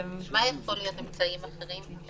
מה יכולים להיות אמצעים אחרים?